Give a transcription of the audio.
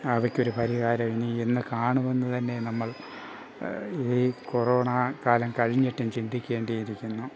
അവയ്ക്ക് ഒരു പരിഹാരം ഇനി എന്ന് കാണുമെന്ന് തന്നെ നമ്മൾ ഈ കൊറോണ കാലം കഴിഞ്ഞിട്ടും ചിന്തിക്കേണ്ടിയിരിക്കുന്നു